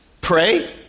pray